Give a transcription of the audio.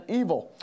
evil